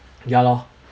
ya lor